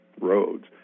roads